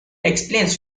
explains